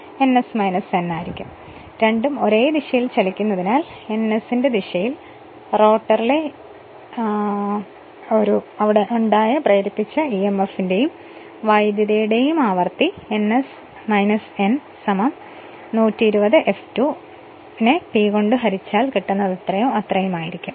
കാരണം രണ്ടും ഒരേ ദിശയിൽ ചലിക്കുന്നതിനാൽ ns ന്റെ ദിശയിൽ റോട്ടറിലെ ഇൻഡുസ്ഡ് ഇഎംഎഫിന്റെയും കറന്റിന്റെയും ആവൃത്തി ns n 120 F2 P ആയിരിക്കും